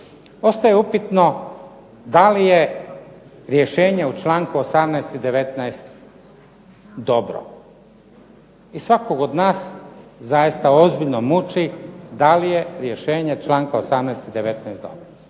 Ostaje upitno da li je rješenje u članku 18. i 19 dobro i svakog od nas zaista ozbiljno muči da li je rješenje članka 18. i 19. dobro.